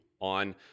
on